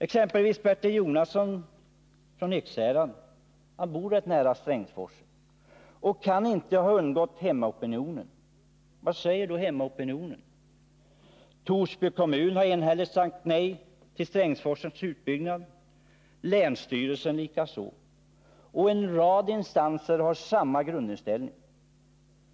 Exempelvis Bertil Jonasson, som kommer från Ekshärad, är bosatt rätt nära Strängsforsen och inte kan ha undgått att möta hemmaopinionen. Vad säger då denna? Torsby kommun har enhälligt sagt nej till Strängsforsens utbyggnad, länsstyrelsen likaså, och en rad instanser har samma grundinställning.